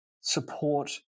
support